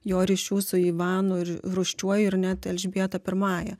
jo ryšių su ivanu rūsčiuoju ir net elžbieta pirmąja